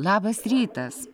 labas rytas